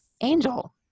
angel